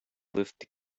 lift